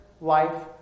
life